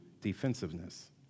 defensiveness